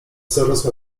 zarosła